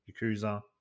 Yakuza